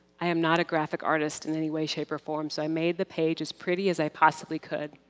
i am not a graphic artist in any way, shape or form, so i made the page as pretty as i possibly could.